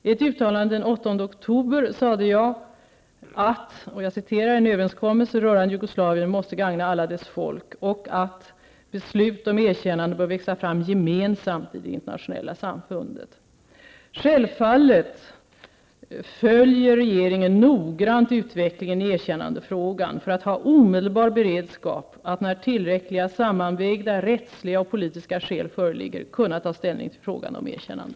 I ett uttalande den 8 oktober sade jag att ''en överenskommelse rörande Jugoslavien måste gagna alla dess folk'' och att ''beslut om erkännande bör växa fram gemensamt i det internationella samfundet''. Självfallet följer regeringen noggrant utvecklingen i erkännandefrågan för att ha omedelbar beredskap att när tillräckliga sammanvägda rättsliga och politiska skäl föreligger kunna ta ställning till frågan om erkännande.